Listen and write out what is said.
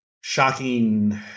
shocking